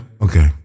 okay